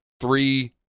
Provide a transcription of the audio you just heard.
three